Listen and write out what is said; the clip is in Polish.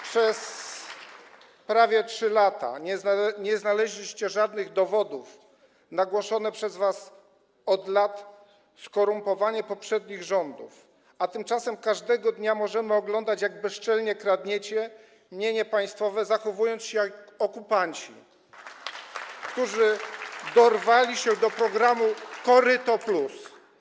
Przez prawie 3 lata nie znaleźliście żadnych dowodów na głoszone przez was od lat skorumpowanie poprzednich rządów, a tymczasem każdego dnia możemy oglądać, jak bezczelnie kradniecie mienie państwowe, zachowując się jak okupanci, którzy dorwali się do programu koryto+.